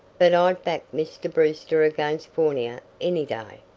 but i'd back mr. brewster against fournier any day.